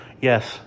yes